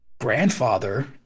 grandfather